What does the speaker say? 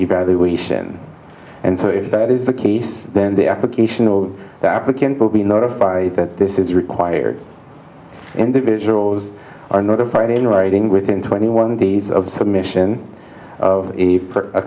evaluation and so if that is the case then the application of the applicant will be notified that this is required individuals are notified in writing within twenty one days of submission of a